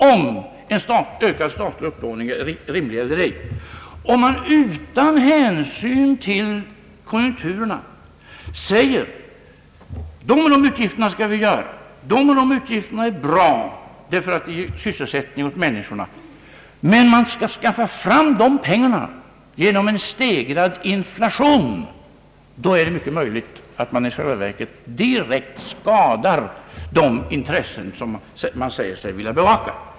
Om man utan hänsyn till konjunkturläget säger att de och de utgifterna skall vi ha ty de är bra, och de ger sysselsättning åt människor, men man skaffar fram de pengar som behövs på bekostnad av en stegrad inflation, då är det mycket möjligt att man direkt skadar de intressen som man säger sig vilja bevaka.